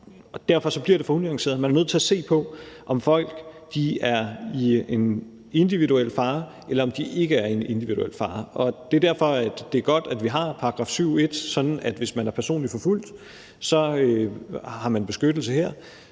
Derfor bliver det for unuanceret. Man er nødt til at se på, om folk er i fare individuelt, eller om de ikke er i fare individuelt. Det er derfor, det er godt, at vi har § 7, stk. 1, sådan at man, hvis man er personligt forfulgt, får beskyttelse her.